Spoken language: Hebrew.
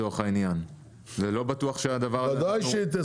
בוודאי שהיא תסייע.